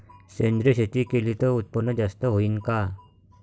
सेंद्रिय शेती केली त उत्पन्न जास्त होईन का?